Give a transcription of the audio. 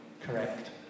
correct